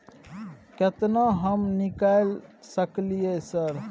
केतना हम निकाल सकलियै सर?